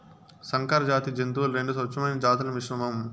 సంకరజాతి జంతువులు రెండు స్వచ్ఛమైన జాతుల మిశ్రమం